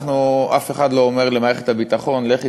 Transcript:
אף אחד לא אומר למערכת הביטחון: לכי